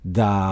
da